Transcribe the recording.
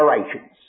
generations